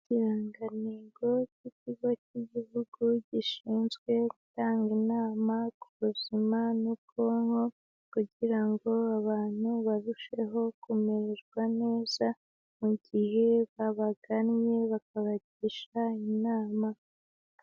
Ikirangantego cy'Ikigo cy'Igihugu Gishinzwe Gutanga Inama ku Buzima no Kubaho kugira ngo abantu barusheho kumererwa neza, mu gihe babagannye bakabagisha inama.